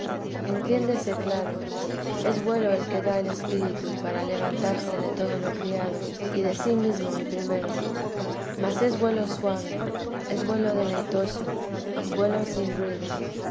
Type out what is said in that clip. entiéndese claro es vuelo el que da el espíritu para levantarse de todo lo criado y de sí mesmo el primero mas es vuelo suave es vuelo deleitoso vuelo sin ruido